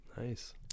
Nice